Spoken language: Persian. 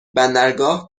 بندرگاه